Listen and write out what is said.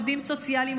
עובדים סוציאליים,